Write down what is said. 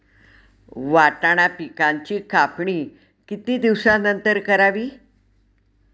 वाटाणा पिकांची कापणी किती दिवसानंतर करावी?